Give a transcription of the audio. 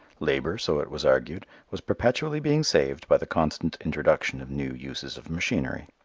labor, so it was argued, was perpetually being saved by the constant introduction of new uses of machinery.